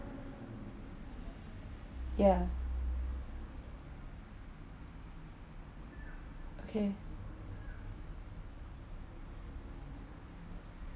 ya okay